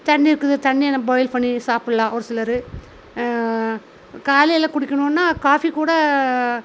தண்ணி இருக்குது தண்ணியை நம்ம பாயில் பண்ணி சாப்புடலாம் ஒரு சிலர் காலையில் குடிக்கணும்னா காஃபி கூட